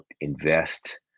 invest